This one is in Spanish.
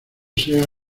sea